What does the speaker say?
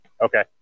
Okay